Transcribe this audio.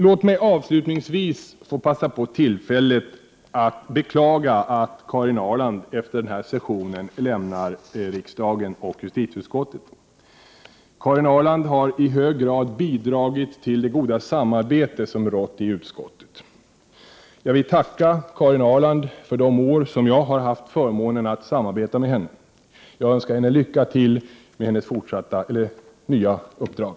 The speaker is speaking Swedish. Låt mig avslutningsvis få passa på tillfället att beklaga att Karin Ahrland efter den här sessionen lämnar riksdagen och justitieutskottet. Karin Ahrland har i hög grad bidragit till det goda samarbete som rått i utskottet. Jag vill tacka Karin Ahrland för de år som jag har haft förmånen att samarbeta med henne. Jag önskar henne lycka till med hennes nya uppdrag.